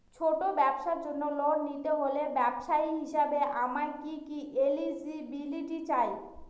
ছোট ব্যবসার জন্য লোন নিতে হলে ব্যবসায়ী হিসেবে আমার কি কি এলিজিবিলিটি চাই?